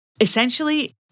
Essentially